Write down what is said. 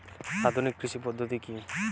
আধুনিক কৃষি পদ্ধতি কী?